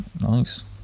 Nice